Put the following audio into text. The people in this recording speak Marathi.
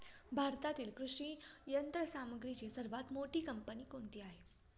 भारतातील कृषी यंत्रसामग्रीची सर्वात मोठी कंपनी कोणती आहे?